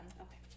Okay